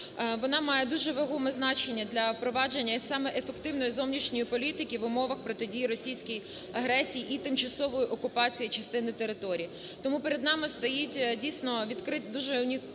вона має дуже вагоме значення для впровадження саме ефективної зовнішньої політики в умовах протидії російській агресії і тимчасової окупації частини території. Тому перед нами стоїть дуже гарна